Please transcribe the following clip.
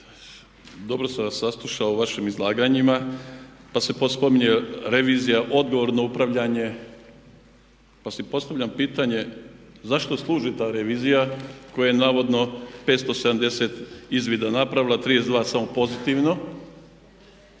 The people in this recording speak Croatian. dobro sam vas saslušao u vašim izlaganjima pa se spominje revizija, odgovorno upravljanje. Pa si postavljam pitanje zašto služi ta revizija koja je navodno 570 izvida napravila a 32 samo pozitivno.